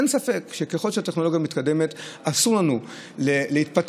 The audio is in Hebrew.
אין ספק שככל שהטכנולוגיה מתקדמת אסור לנו להתפתות